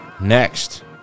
next